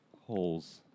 holes